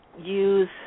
use